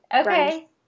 okay